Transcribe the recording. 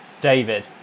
David